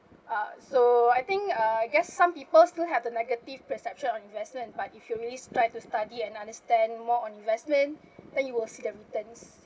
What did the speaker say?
uh so I think uh I guess some people still have the negative perception on investment but if you really strive to study and understand more on investment then you will see the returns